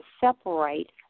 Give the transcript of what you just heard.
separate